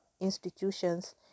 institutions